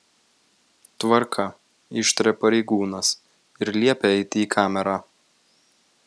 tvarka ištaria pareigūnas ir liepia eiti į kamerą